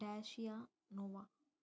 Dacia Noah